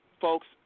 folks